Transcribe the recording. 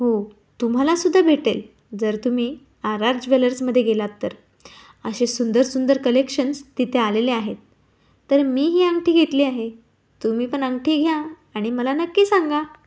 हो तुम्हाला सुद्धा भेटेल जर तुम्ही आर आर ज्वेलर्समधे गेलात तर अशे सुंदर सुंदर कलेक्शन्स तिथे आलेले आहेत तर मी ही अंगठी घेतली आहे तुम्ही पण अंगठी घ्या आणि मला नक्की सांगा